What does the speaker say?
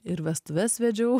ir vestuves vedžiau